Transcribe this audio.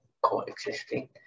coexisting